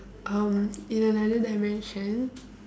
um in another dimension